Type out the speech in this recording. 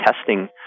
testing